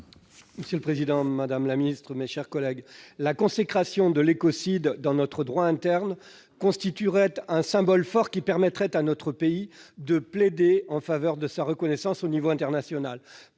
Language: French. ainsi libellé : La parole est à M. Joël Labbé. La consécration de l'écocide dans notre droit interne constituerait un symbole fort, qui permettrait à notre pays de plaider en faveur de sa reconnaissance au niveau international.